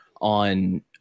on